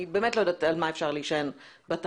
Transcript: באמת לא יודעת על מה אפשר להישען עליהן,